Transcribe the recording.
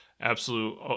absolute